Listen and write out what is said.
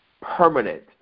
permanent